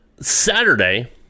Saturday